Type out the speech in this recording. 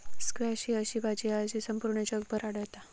squash ही अशी भाजी हा जी संपूर्ण जगभर आढळता